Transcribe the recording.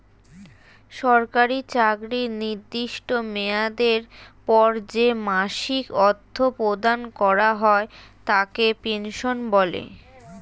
সরকারি চাকরির নির্দিষ্ট মেয়াদের পর যে মাসিক অর্থ প্রদান করা হয় তাকে পেনশন বলে